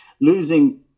losing